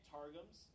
Targums